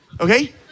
okay